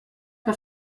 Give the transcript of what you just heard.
que